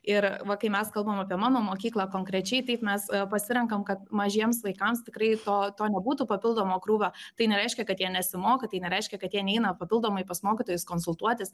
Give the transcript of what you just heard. ir va kai mes kalbame apie mano mokyklą konkrečiai taip mes pasirenkame kad mažiems vaikams tikrai to nebūtų papildomo krūvą tai nereiškia kad jie nesimoko tai nereiškia kad jie neina papildomai pas mokytojus konsultuotis